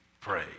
pray